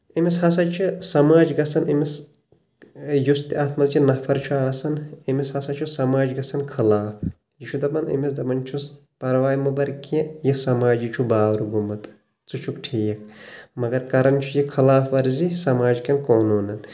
أمِس ہسا چھِ سماج گژھان أمِس یُس تہِ اتھ منٛز یہِ نفر چھُ آسان أمِس ہسا چھُ سماج گژھان خٕلاف یہِ چھُ دپان أمِس دپان چھُس پرواے مہٕ بر کینٛہہ یہِ سماجے چھُ باورٕ گوٚومُت ژٕ چھُکھ ٹھیٖکھ مگر کران چھُ یہِ خٕلاف ورزی سماج کٮ۪ن قونونن